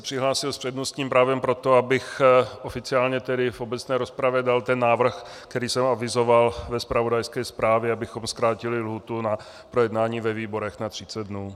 Přihlásil jsem se s přednostním právem proto, abych oficiálně tedy v obecné rozpravě dal ten návrh, který jsem avizoval ve zpravodajské zprávě, abychom zkrátili lhůtu na projednání ve výborech na 30 dnů.